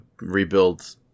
rebuild